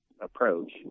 approach